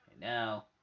Now